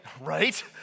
right